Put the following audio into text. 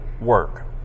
work